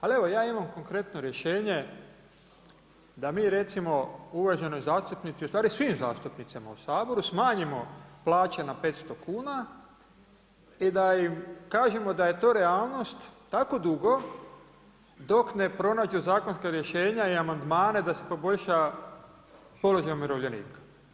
Ali evo ja imam konkretno rješenje da mi recimo uvaženoj zastupnici, ustvari svim zastupnicima u Saboru smanjimo plaće na 500 kuna i da im kažemo da je to realnost tako dugo dok ne pronađu zakonska rješenja i amandmane da se poboljša položaj umirovljenika.